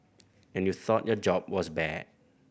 and you thought your job was bad